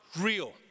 real